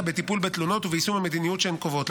בטיפול בתלונות וביישום המדיניות שהן קובעות.